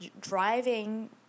driving